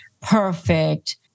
perfect